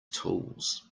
tools